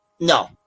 No